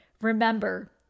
remember